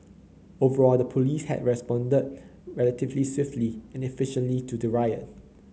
overall the police had responded relatively swiftly and efficiently to the riot